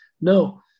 no